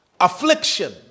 affliction